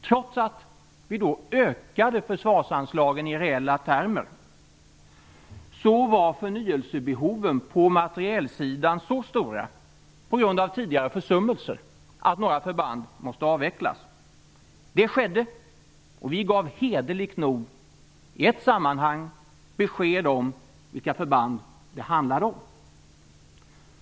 Trots att vi då ökade försvarsanslagen i reala termer, var förnyelsebehoven på materielsidan så stora på grund av tidigare försummelser att några förband måste avvecklas. Det skedde, och vi gav hederligt nog i ett sammanhang besked om vilka förband det handlade om.